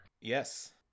Yes